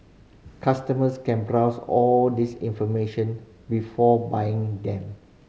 customers can browse all this information before buying them